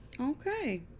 Okay